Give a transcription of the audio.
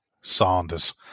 Sanders